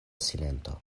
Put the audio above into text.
silento